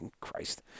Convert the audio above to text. Christ